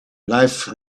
life